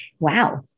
wow